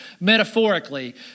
metaphorically